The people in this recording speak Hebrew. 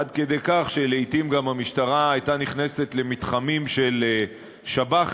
עד כדי כך שלעתים גם המשטרה הייתה נכנסת למתחמים של שב"חים,